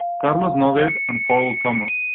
carlos nodded and followed thomas,